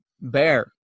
Bear